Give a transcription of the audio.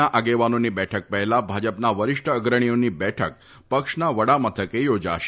ના આગેવાનોની બેઠક પહેલા ભાજપના વરિષ્ઠ અગ્રણીઓની બેઠક પક્ષના વડા મથકે યોજાશે